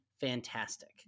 fantastic